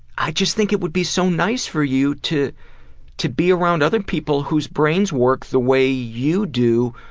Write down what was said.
i just think it would be so nice for you to to be around other people whose brains work the way you do,